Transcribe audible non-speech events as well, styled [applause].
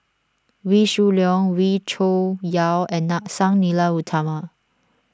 Wee Shoo Leong Wee Cho Yaw and [unintelligible] Sang Nila Utama